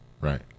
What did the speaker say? right